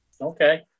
Okay